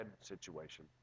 situation